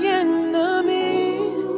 enemies